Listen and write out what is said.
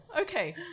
Okay